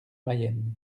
mayenne